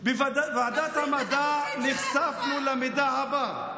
בוועדת המדע נחשפנו למידע הבא: